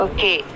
Okay